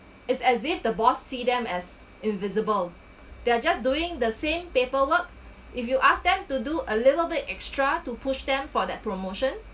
is as if the boss see them as invisible they're just doing the same paperwork if you ask them to do a little bit extra to push them for that promotion